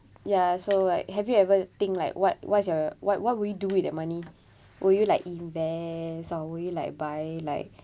ya so like have you ever think like what what's your what what would you do with the money would you like invest or would you like buy like